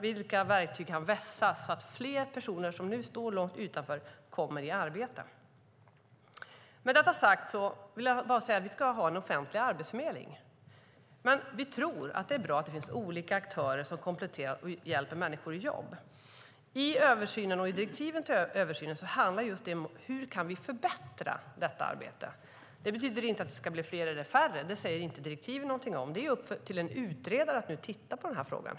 Vilka verktyg kan vässas så att fler personer som nu står långt utanför kommer i arbete? Med detta sagt vill jag bara säga att vi ska ha en offentlig arbetsförmedling, men vi tror att det är bra att det finns olika aktörer som kompletterar och hjälper människor till jobb. Översynen och direktiven till översynen handlar just om hur vi kan förbättra arbetet. Det betyder inte att det ska bli fler eller färre; det säger inte direktiven någonting om, utan det är upp till en utredare att titta på frågan.